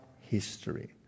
history